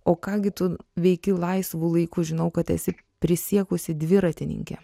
o ką gi tu veiki laisvu laiku žinau kad esi prisiekusi dviratininkė